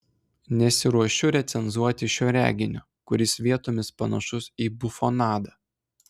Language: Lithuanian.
nesiruošiu recenzuoti šio reginio kuris vietomis panašus į bufonadą